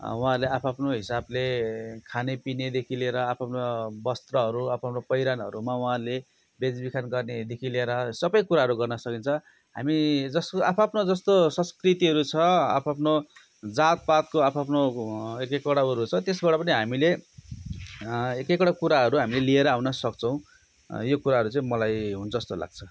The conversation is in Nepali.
उहाँहरूले आफ आफ्नो हिसाबले खानापिनादेखि लिएर आफ आफ्नो वस्त्रहरू आफ आफ्नो पहिरनहरूमा उहाँले बेचबिखन गर्नेदेखि लिएर सबै कुराहरू गर्न सकिन्छ हामी जस्तो आफ आफ्नो जस्तो संस्कृतिहरू छ आफ आफ्नो जातपातको आफ आफ्नो एक एकवटा उयोहरू छ त्यसबाट पनि हामीले एक एकवटा कुराहरू हामीले लिएर आउन सक्छौँ यो कुराहरू चाहिँ मलाई हुन्छ जस्तो लाग्छ